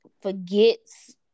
forgets